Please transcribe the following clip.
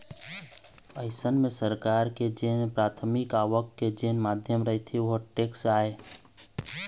अइसन म सरकार के जेन पराथमिक आवक के जेन माध्यम रहिथे ओहा टेक्स आय